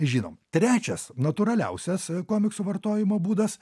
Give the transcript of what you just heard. žinom trečias natūraliausias komiksų vartojimo būdas